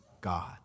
God